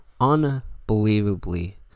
unbelievably